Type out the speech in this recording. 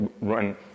run